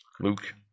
Luke